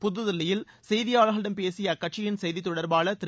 புதுதில்லியில் செய்தியாளர்களிடம் பேசிய அக்கட்சியின் செய்தித் தொடர்பாளர் திரு